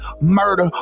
murder